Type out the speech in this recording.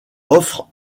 offrent